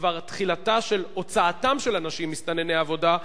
כבר תחילתה של הוצאתם של אנשים מסתנני עבודה?